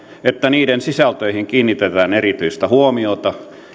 että niiden sisältöihin kiinnitetään erityistä huomiota